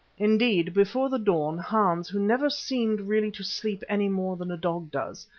indeed, before the dawn, hans, who never seemed really to sleep any more than a dog does,